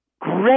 great